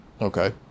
Okay